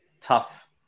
tough